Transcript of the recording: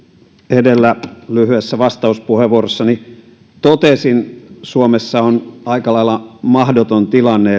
edellä lyhyessä vastauspuheenvuorossani totesin suomessa on aika lailla mahdoton tilanne